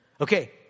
Okay